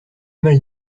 mal